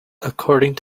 according